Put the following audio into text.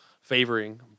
favoring